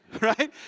right